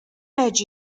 edge